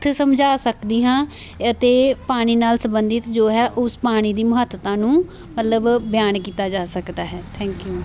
ਸਮਝਾ ਸਕਦੀ ਹਾਂ ਅਤੇ ਪਾਣੀ ਨਾਲ ਸੰਬੰਧਿਤ ਜੋ ਹੈ ਉਸ ਪਾਣੀ ਦੀ ਮਹੱਤਤਾ ਨੂੰ ਮਤਲਬ ਬਿਆਨ ਕੀਤਾ ਜਾ ਸਕਦਾ ਹੈ ਥੈਂਕ ਯੂ